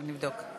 52 מתנגדים.